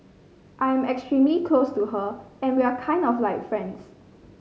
I am extremely close to her and we are kind of like friends